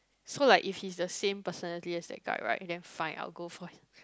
so like if he's the same personality as that guy right and then fine I will go for it